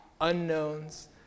unknowns